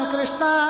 Krishna